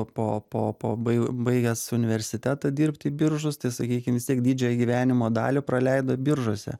po po po bai baigęs universitetą dirbt į biržus tai sakykim vis tiek didžiąją gyvenimo dalį praleido biržuose